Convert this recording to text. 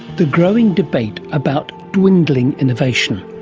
the growing debate about dwindling innovation.